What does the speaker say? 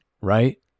right